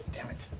dammit.